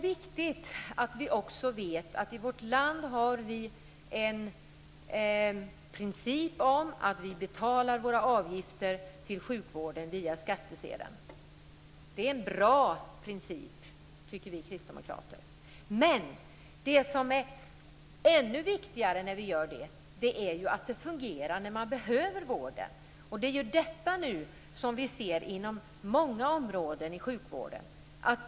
Vi har i vårt land den principen att våra avgifter till sjukvården betalas via skattsedeln. Vi kristdemokrater tycker att det är en bra princip. Men ännu viktigare är att vården fungerar när man behöver den, och vi ser nu att det börjar fallera inom många områden av sjukvården.